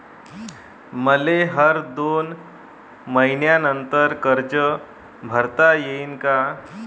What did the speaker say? मले हर दोन मयीन्यानंतर कर्ज भरता येईन का?